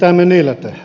arvoisa puhemies